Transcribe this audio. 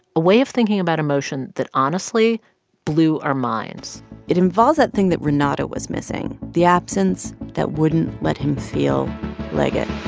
a way of thinking about emotion that honestly blew our minds it involves that thing that renato was missing, the absence that wouldn't let him feel liget